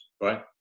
right